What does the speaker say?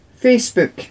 Facebook